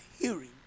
hearing